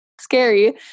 scary